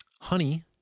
Honey